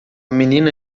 menina